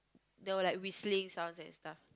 there were like whistling sounds and stuff